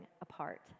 apart